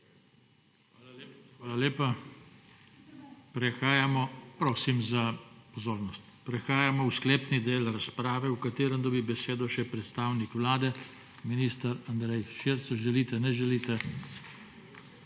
Hvala lepa. Prehajamo v sklepni del razprave, v katerem dobi besedo še predstavnik Vlade, minister Andrej Šircelj. Želite? Ne želite.